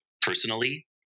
personally